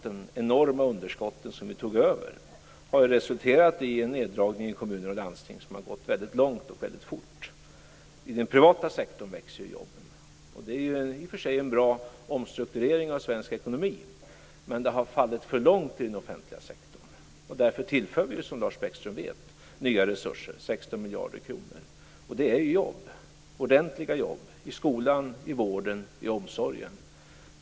De enorma underskotten som vi tog över har ju resulterat i en neddragning i kommuner och landsting som har gått väldigt långt och väldigt fort. I den privata sektorn växer ju jobben. Det är i och för sig en bra omstrukturering av svensk ekonomi, men fallet har varit för stort i den offentliga sektorn. Därför tillför vi ju, som Lars Bäckström vet, nya resurser - 16 miljarder kronor. Det ger ju ordentliga jobb i skolan, vården och omsorgen.